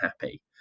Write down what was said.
happy